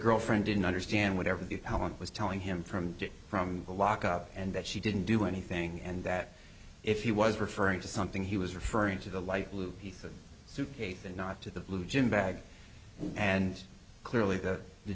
girlfriend didn't understand whatever the hell it was telling him from from the lock up and that she didn't do anything and that if he was referring to something he was referring to the light blue suit and not to the blue gym bag and clearly that the